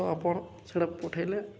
ତ ଆପଣ ସେଇଟା ପଠାଇଲେ